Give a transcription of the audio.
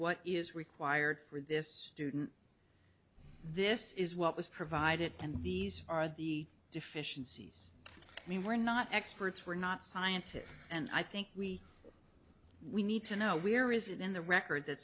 what is required for this student this is what was provided and these are the deficiencies i mean we're not experts were not scientists and i think we we need to now where is it in the record that